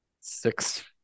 Six